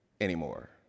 anymore